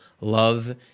love